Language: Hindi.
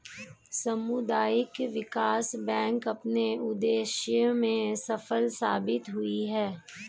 सामुदायिक विकास बैंक अपने उद्देश्य में सफल साबित हुए हैं